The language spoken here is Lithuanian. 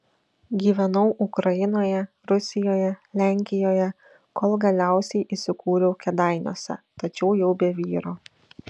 gyvenau ukrainoje rusijoje lenkijoje kol galiausiai įsikūriau kėdainiuose tačiau jau be vyro